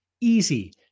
Easy